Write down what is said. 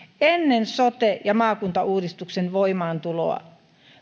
ennen sote ja maakuntauudistuksen voimaantuloa